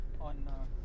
on